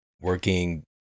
Working